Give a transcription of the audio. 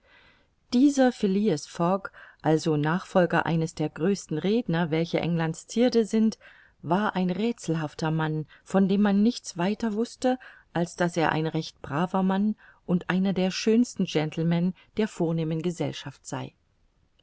dieser phileas fogg also nachfolger eines der größten redner welche englands zierde sind war ein räthselhafter mann von dem man nichts weiter wußte als daß er ein recht braver mann und einer der schönsten gentlemen der vornehmen gesellschaft sei